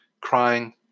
crying